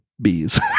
bees